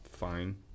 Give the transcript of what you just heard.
fine